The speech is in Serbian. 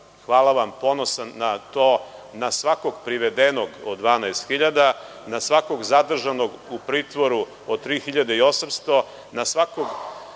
hvala vam. Ponosan sam na to, na svakog privedenog od 12.000, na svakog zadržanog u pritvoru od 3.800, na svakog